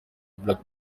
black